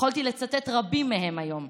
ויכולתי לצטט רבים מהם היום,